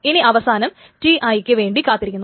ഇത് അവസാനം Ti ക്ക് വേണ്ടി കാത്തിരിക്കുന്നു